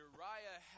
Uriah